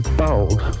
bold